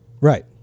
right